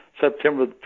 September